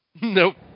Nope